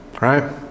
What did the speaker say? Right